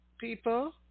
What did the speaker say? people